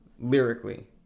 lyrically